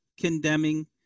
condemning